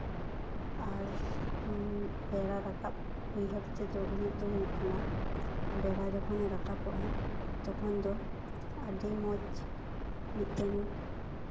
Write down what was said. ᱟᱨ ᱵᱮᱲᱟ ᱨᱟᱠᱟᱵ ᱩᱭᱦᱟᱹᱨ ᱛᱮ ᱫᱚ ᱤᱧᱟᱹᱜ ᱫᱚ ᱦᱩᱭᱩᱜ ᱠᱟᱱᱟ ᱵᱮᱲᱟ ᱡᱚᱠᱷᱚᱱᱮ ᱨᱟᱠᱟᱵᱚᱜᱼᱟᱭ ᱛᱚᱠᱷᱚᱱ ᱫᱚ ᱟᱹᱰᱤ ᱢᱚᱡᱽ ᱢᱤᱫᱴᱮᱱ